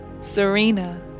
Serena